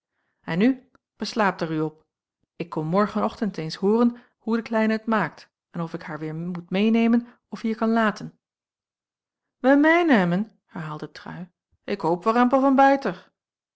en nu beslaapt er u op ik kom morgen ochtend eens hooren hoe de kleine het maakt en of ik haar weêr moet meênemen of hier kan laten weir meineimen herhaalde trui ik hoop warempel van beiter